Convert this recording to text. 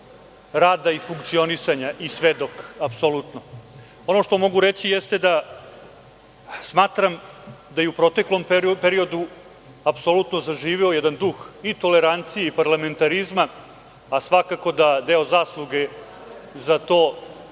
rada i funkcionisanja i svedok apsolutno. Ono što mogu reći jeste da smatram da je u proteklom periodu apsolutno zaživeo jedan duh i tolerancije i parlamentarizma, a svakako da deo zasluge za do